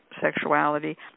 sexuality